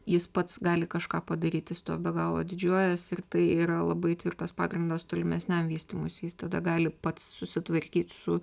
jis pats gali kažką padaryt jis tuo be galo didžiuojas ir tai yra labai tvirtas pagrindas tolimesniam vystymuisi jis tada gali pats susitvarkyt su